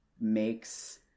makes